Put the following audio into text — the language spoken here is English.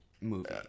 movie